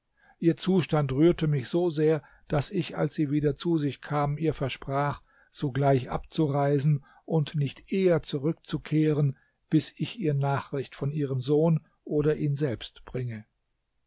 ihr zustand rührte mich so sehr daß ich als sie wieder zu sich kam ihr versprach sogleich abzureisen und nicht eher zurückzukehren bis ich ihr nachricht von ihrem sohn oder ihn selbst bringe